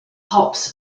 hops